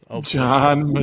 John